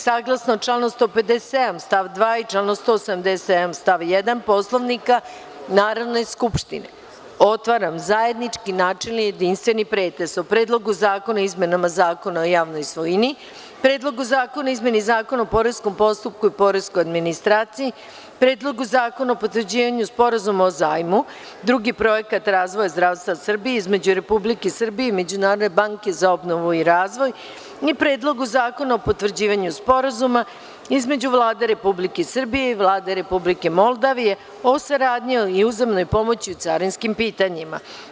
Saglasno članu 157. stav 2. i članu 170. stav 1. Poslovnika Narodne skupštine, otvaram zajednički načelni i jedinstveni pretres o: Predlogu zakona o izmenama Zakona o javnoj svojini, Predlogu zakona o izmeni Zakona o poreskom postupku i poreskoj administraciji, Predlogu zakona o potvrđivanju Sporazuma o zajmu (Drugi Projekat razvoja zdravstva Srbije) između Republike Srbije i Međunarodne banke za obnovu i razvoj, Predlogu zakona o potvrđivanju Sporazuma između Vlade Republike Srbije i Vlade Republike Moldavije o saradnji i uzajamnoj pomoći u carinskim pitanjima.